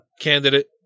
candidate